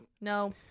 No